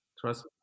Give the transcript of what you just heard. Trust